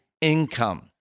income